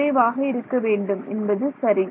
குறைவாக இருக்க வேண்டும் என்பது சரி